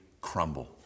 crumble